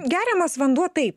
geriamas vanduo taip